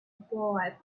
boy